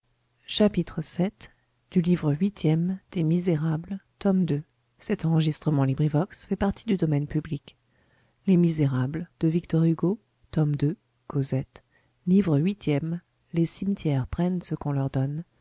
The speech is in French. livre huitième les cimetières prennent ce qu'on leur donne